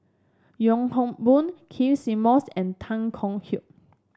Yong Hock Boon Keith Simmons and Tan Kong Hye